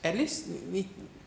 at least 你你